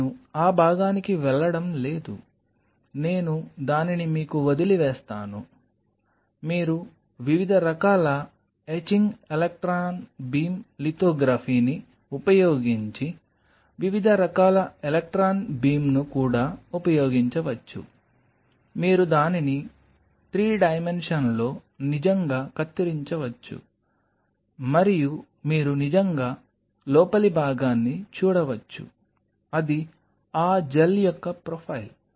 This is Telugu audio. కాబట్టి నేను ఆ భాగానికి వెళ్లడం లేదు నేను దానిని మీకు వదిలివేస్తాను మీరు వివిధ రకాల ఎచింగ్ ఎలక్ట్రాన్ బీమ్ లితోగ్రఫీని ఉపయోగించి వివిధ రకాల ఎలక్ట్రాన్ బీమ్ను కూడా ఉపయోగించవచ్చు మీరు దానిని 3 డైమెన్షన్లో నిజంగా కత్తిరించవచ్చు మరియు మీరు నిజంగా లోపలి భాగాన్ని చూడవచ్చు అది ఆ జెల్ యొక్క ప్రొఫైల్